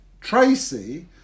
Tracy